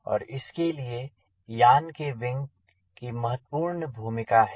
और इसके लिए यान के विंग की महत्वपूर्ण भूमिका है